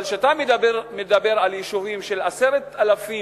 אבל כשאתה מדבר על יישובים של 10,000,